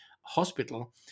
hospital